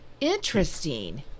interesting